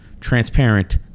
transparent